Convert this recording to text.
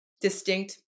distinct